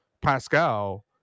Pascal